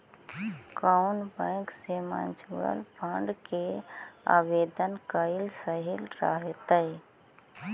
कउन बैंक से mutual fund के आवेदन कयल सही रहतई?